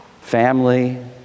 family